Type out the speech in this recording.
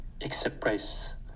express